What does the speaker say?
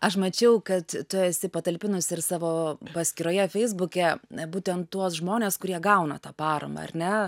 aš mačiau kad tu esi patalpinus ir savo paskyroje feisbuke būtent tuos žmones kurie gauna tą paramą ar ne